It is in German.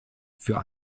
für